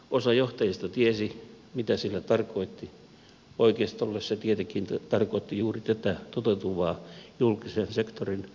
osa johtajista tiesi mitä sillä tarkoitti oikeistolle se tietenkin tarkoitti juuri tätä toteutuvaa julkisen sektorin alasajon politiikkaa